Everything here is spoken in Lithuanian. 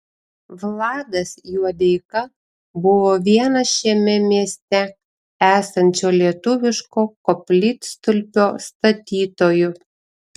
vladas juodeika buvo vienas šiame mieste esančio lietuviško koplytstulpio statytojų